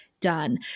done